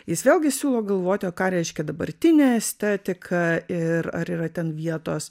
jis vėlgi siūlo galvoti o ką reiškia dabartinė estetika ir ar yra ten vietos